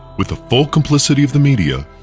with the full complicity of the media,